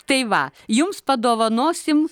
tai va jums padovanosim